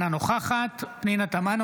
אינה נוכחת פנינה תמנו,